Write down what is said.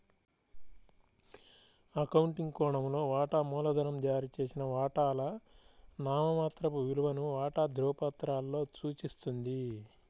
accounting కోణంలో, వాటా మూలధనం జారీ చేసిన వాటాల నామమాత్రపు విలువను వాటా ధృవపత్రాలలో సూచిస్తుంది